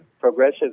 progressive